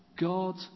God